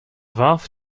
warf